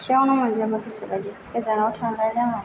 खाथियावनो मोनजोबो गोसो बाइदि गोजानाव थांलाय नाङा